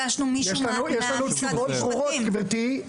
יש לנו תשובות ברורות גבירתי.